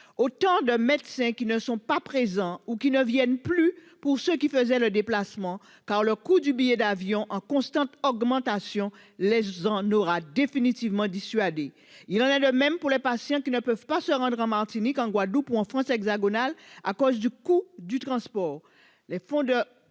Autant de médecins qui ne sont pas présents ou qui ne viennent plus, pour ceux qui faisaient le déplacement, car le coût du billet d'avion, en constante augmentation, les en aura définitivement dissuadés. Il en est de même pour les patients qui ne peuvent se rendre en Martinique, en Guadeloupe, ou en France hexagonale en raison du coût du transport. Le fonds de